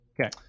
Okay